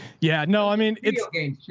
yeah, no, i mean it's game